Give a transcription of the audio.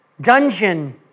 dungeon